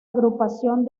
agrupación